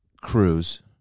cruise